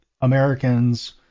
Americans